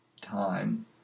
time